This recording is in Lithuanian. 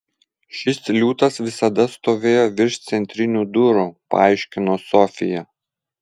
šis liūtas visada stovėjo virš centrinių durų paaiškino sofija